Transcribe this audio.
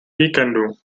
víkendu